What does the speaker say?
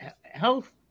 health